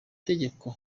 tegeko